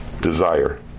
desire